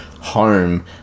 home